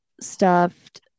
stuffed